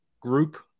group